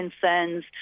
concerns